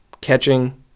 catching